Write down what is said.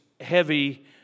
heavy